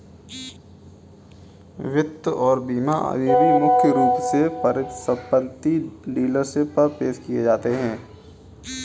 वित्त और बीमा अभी भी मुख्य रूप से परिसंपत्ति डीलरशिप पर पेश किए जाते हैं